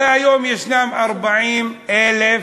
הרי היום יש 40,000 סודאנים,